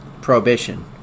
prohibition